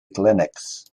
clinics